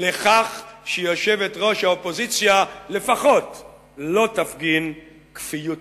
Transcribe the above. לכך שיושבת-ראש האופוזיציה לפחות לא תפגין כפיות טובה.